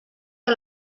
que